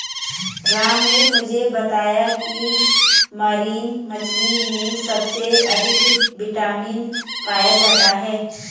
राम ने मुझे बताया की मरीन मछली में सबसे अधिक विटामिन ए पाया जाता है